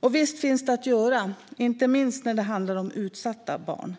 Och visst finns det att göra, inte minst när det handlar om utsatta barn.